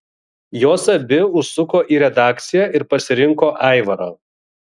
jos abi užsuko į redakciją ir pasirinko aivarą